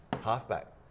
halfback